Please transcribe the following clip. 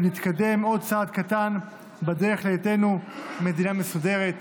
ונתקדם עוד צעד קטן בדרך להיותנו מדינה מסודרת,